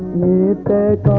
lead that